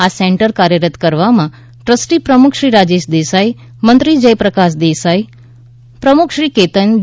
આ સેન્ટર કાર્યરત કરવામાં ટ્રસ્ટી પ્રમુખ શ્રી રાજેશ દેસાઈ મંત્રી શ્રી જયપ્રકાશ દેસાઈ પ્રમુખ શ્રી કેતન ડી